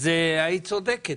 היית צודקת,